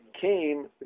came